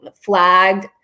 flagged